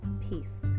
Peace